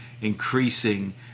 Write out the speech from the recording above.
increasing